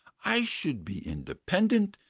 i should be independent,